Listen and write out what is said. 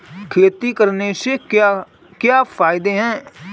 खेती करने से क्या क्या फायदे हैं?